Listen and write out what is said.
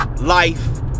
life